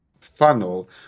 funnel